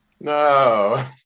No